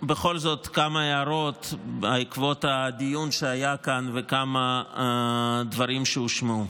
בכל זאת כמה הערות בעקבות הדיון שהיה כאן וכמה הדברים שהושמעו.